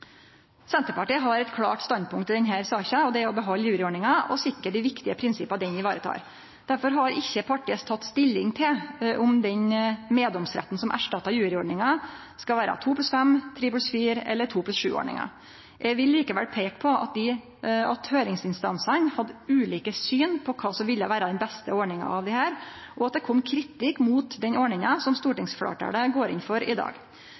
Senterpartiet har eit klart standpunkt i denne saka, og det er å behalde juryordninga og sikre dei viktige prinsippa ho varetek. Derfor har ikkje partiet teke stilling til om den meddomsretten som erstattar juryordninga, skal vere 2+5-, 3+4- eller 2+7-ordninga. Eg vil likevel peike på at høyringsinstansane hadde ulike syn på kva som ville vere den beste ordninga av desse, og at det kom kritikk mot den ordninga som stortingsfleirtalet går inn for i dag.